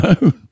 No